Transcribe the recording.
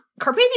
Carpathia